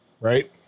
right